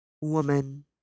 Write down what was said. woman